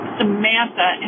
Samantha